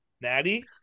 Natty